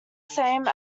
same